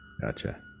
Gotcha